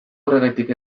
horregatik